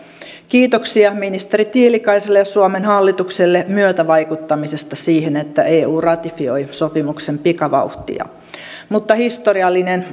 kiitoksia ministeri tiilikaiselle ja suomen hallitukselle myötävaikuttamisesta siihen että eu ratifioi sopimuksen pikavauhtia mutta historiallinen